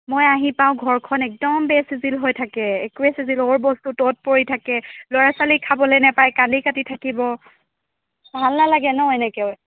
মই আহি পাওঁ ঘৰখন একদম বেচিজিল হৈ থাকে একোৱেই চিজিল অ'ৰ বস্তু ত'ত পৰি থাকে ল'ৰা ছোৱালী খাবলৈ নেপায় কান্দি কাটি থাকিব ভাল নালাগে ন এনেকৈ